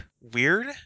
weird